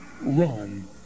run